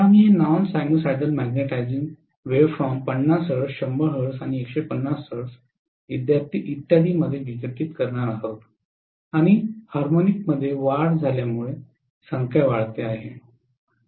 तर आम्ही हे non sinusoidal magnetising waveform 50 hertz 100 hertz 150 hertz इत्यादी मध्ये विघटित करणार आहोत आणि हार्मोनिकमध्ये वाढ झाल्यामुळे संख्या वाढते आहे